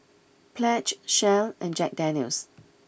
Pledge Shell and Jack Daniel's